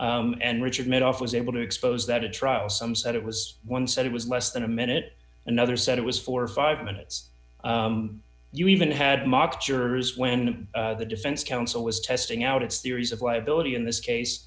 d and richard made off was able to expose that a trial some said it was one said it was less than a minute another said it was four or five minutes you even had mock jurors when the defense counsel was testing out its theories of liability in this case